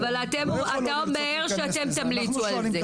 אבל אתה אומר שתמליצו על זה.